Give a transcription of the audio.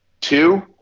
Two